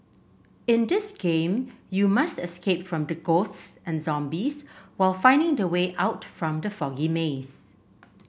in this game you must escape from the ghosts and zombies while finding the way out from the foggy maze